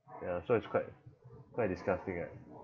ya so it's quite quite disgusting right